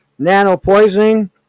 nanopoisoning